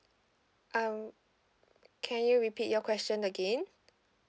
um can you repeat your question again